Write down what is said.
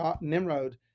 Nimrod